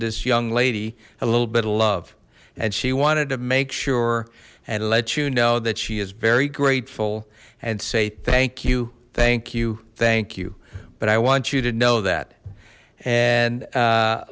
this young lady a little bit of love and she wanted to make sure and let you know that she is very grateful and say thank you thank you thank you but i want you to know that and